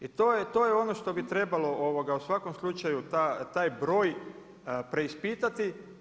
I to je ono što bi trebalo, u svakom slučaju, taj broj preispitati.